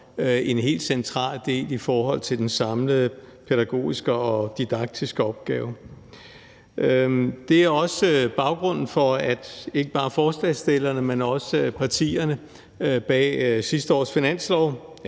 en helt central del af den samlede pædagogiske og didaktiske opgave. Det er også baggrunden for, at ikke bare forslagsstillerne, men også partierne bag dette års finanslov